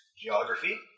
Geography